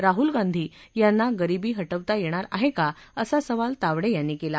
राहुल गांधी यांना गरिबी हटवता येणार आहे का असा सवाल तावडे यांनी केला